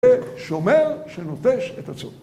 שומר שנוטש את הצום